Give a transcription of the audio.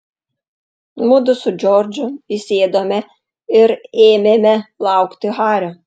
mudu su džordžu įsėdome ir ėmėme laukti hario